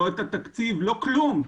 לא התקציב, לא כלום.